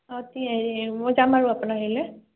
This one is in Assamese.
অঁ ঠিক হেৰি মই যাম বাৰু আপোনাৰ হেৰিলৈ